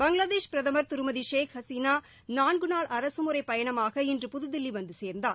பங்ளாதேஷ் பிரதமா் திருமதி ஷேக் கஸ்னா நான்கு நாள் அரசுமுறைப் பயணமாக இன்று புதுதில்லி வந்து சேர்ந்தார்